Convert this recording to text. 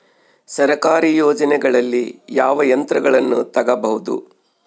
ಸರ್ಕಾರಿ ಯೋಜನೆಗಳಲ್ಲಿ ಯಾವ ಯಂತ್ರಗಳನ್ನ ತಗಬಹುದು?